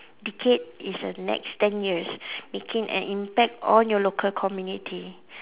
decade is a next ten years making an impact on your local community